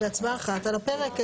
הצבעה אחת על הפרק.